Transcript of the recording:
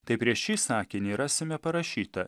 taip prieš šį sakinį rasime parašyta